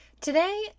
Today